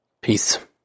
peace